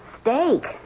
Steak